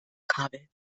kabel